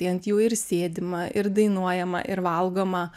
tai ant jų ir sėdima ir dainuojama ir valgoma